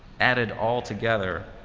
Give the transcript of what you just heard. added altogether,